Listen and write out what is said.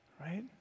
Right